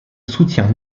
soutient